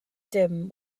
dim